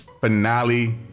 finale